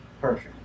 perfect